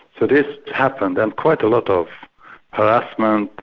so this happened and quite a lot of harassment,